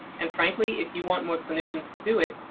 and frankly, if you want more clinicians to do it,